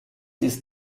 ist